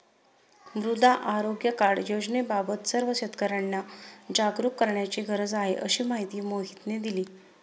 मृदा आरोग्य कार्ड योजनेबाबत सर्व शेतकर्यांना जागरूक करण्याची गरज आहे, अशी माहिती मोहितने दिली